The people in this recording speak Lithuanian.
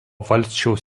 valsčiaus